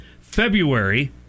February